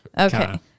Okay